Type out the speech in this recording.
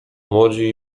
młodzi